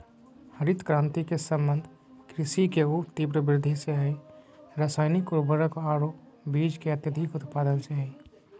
हरित क्रांति के संबंध कृषि के ऊ तिब्र वृद्धि से हई रासायनिक उर्वरक आरो बीज के अत्यधिक उत्पादन से हई